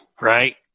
Right